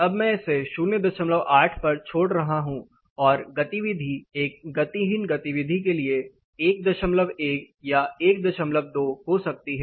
अब मैं इसे 08 पर छोड़ रहा हूं और गतिविधि एक गतिहीन गतिविधि के लिए 11 या 12 हो सकती है